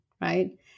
right